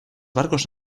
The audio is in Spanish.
barcos